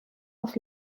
auf